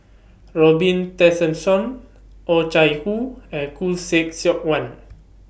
Robin Tessensohn Oh Chai Hoo and Khoo Seok Wan